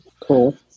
Cool